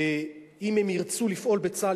אם הם ירצו לפעול בצה"ל,